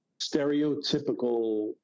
stereotypical